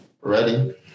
Ready